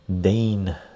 Dane